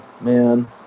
man